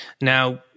now